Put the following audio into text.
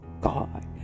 God